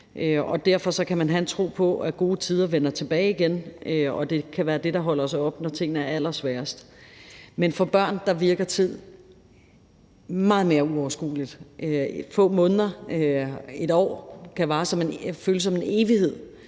Derfor kan man have en tro på, at gode tider vender tilbage igen. Det kan være det, der holder os oppe, når tingene er allersværest. Men for børn virker tid meget mere uoverskueligt. Få måneder eller